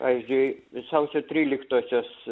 pavyzdžiui sausio tryliktosios